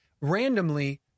randomly